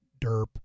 derp